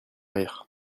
rire